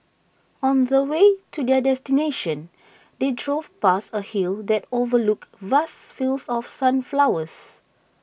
on the way to their destination they drove past A hill that overlooked vast fields of sunflowers